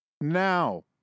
Now